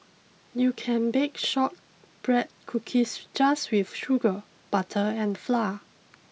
you can bake shortbread cookies just with sugar butter and flour